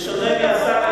שבשונה מהשר,